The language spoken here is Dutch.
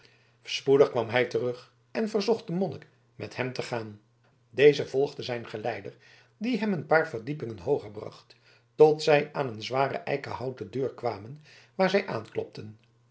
spoedig kwam hij terug en verzocht den monnik met hem te gaan deze volgde zijn geleider die hem een paar verdiepingen hooger bracht tot zij aan een zware eikenhouten deur kwamen waar zij aanklopten